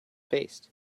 faced